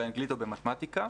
באנגלית או במתמטיקה.